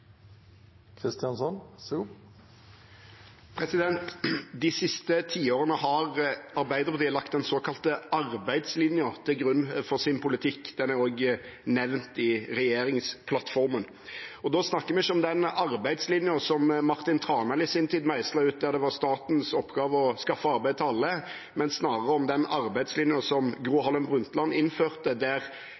De siste tiårene har Arbeiderpartiet lagt den såkalte arbeidslinjen til grunn for sin politikk. Den er også nevnt i regjeringsplattformen. Da snakker vi ikke om den arbeidslinjen som Martin Tranmæl i sin tid meislet ut, der det var statens oppgave å skaffe arbeid til alle, men snarere om den arbeidslinjen som Gro Harlem Brundtland innførte, der